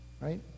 Right